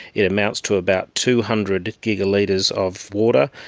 it amounts to about two hundred gigalitres of water.